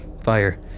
fire